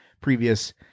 previous